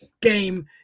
game